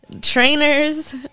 Trainers